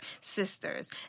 sisters